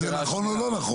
אבל זה נכון או לא נכון.